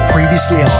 Previously